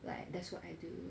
like that's what I do